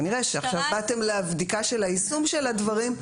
כנראה שעכשיו באתם לבדיקת היישום של הדברים.